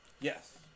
Yes